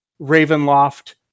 Ravenloft